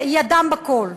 ידם בכול.